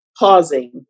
Pausing